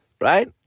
right